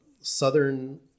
Southern